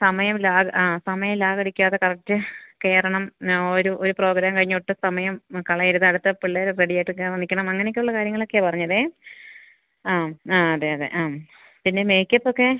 സമയം ലാഗ് ആ സമയം ലാഗടിക്കാതെ കറക്റ്റ് കയറണം ഒരു ഒരു പ്രോഗ്രാം കഴിഞ്ഞൊട്ടും സമയം മ് കളയരുത് അടുത്ത പിള്ളേര് റെഡിയായിട്ട് കയറാന് നില്ക്കണം അങ്ങനെയൊക്കെയുള്ള കാര്യങ്ങളൊക്കെയാണ് പറഞ്ഞത് ആം ആ അതെ അതെ ആം പിന്നെ മേക്കപ്പൊക്കെ